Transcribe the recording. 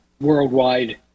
worldwide